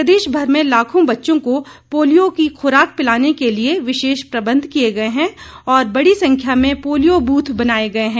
प्रदेश भर में लाखों बच्चों को पोलियो की खुराक पिलाने के लिए विशेष प्रबंध किए गए हैं और बड़ी संख्या में पोलियो बूथ बनाए गए हैं